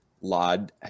LOD